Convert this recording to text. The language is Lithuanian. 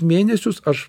mėnesius aš